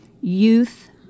youth